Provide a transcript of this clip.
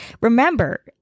Remember